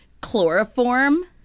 Chloroform